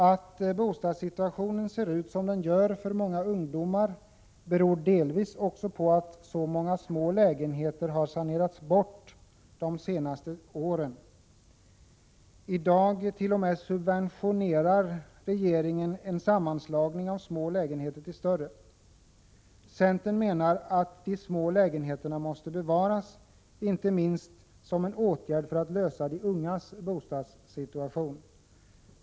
Att bostadssituationen ser ut som den gör för många ungdomar beror delvis på att så många små lägenheter har sanerats bort under de senaste åren. I dag är det t.o.m. så att regeringen subventionerar en sammanslagning av små lägenheter till större. Centern menar att de små lägenheterna måste bevaras, inte minst som en åtgärd för att lösa de ungas bostadssituation.